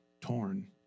torn